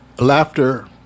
laughter